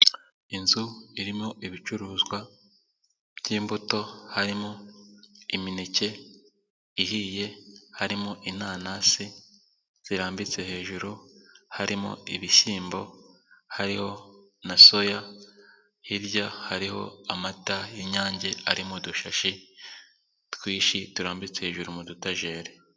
Inzu irimo ibicuruzwa by'imbuto, harimo imineke ihiye, harimo inanasi zirambitse hejuru, harimo ibishyimbo, hariho na soya, hirya hariho amata y'inyange ari mu dushashi twinshi turambitse hejuru mu dutajeri.